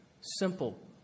simple